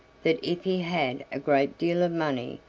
that if he had a great deal of money,